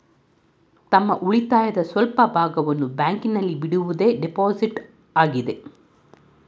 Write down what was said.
ತಮ್ಮ ಉಳಿತಾಯದ ಸ್ವಲ್ಪ ಭಾಗವನ್ನು ಬ್ಯಾಂಕಿನಲ್ಲಿ ಬಿಡುವುದೇ ಡೆಪೋಸಿಟ್ ಆಗಿದೆ